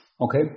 Okay